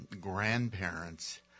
grandparents